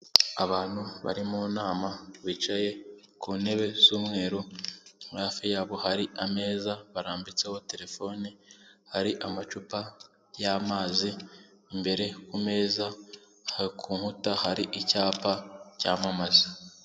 Abantu bari mu nama bicaye ku ntebe z'umweru, hafi yabo hari ameza barambitseho telefone, hari amacupa y'amazi imbere ku meza, ku nkuta hari icyapa cyamamaza.